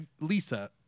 Lisa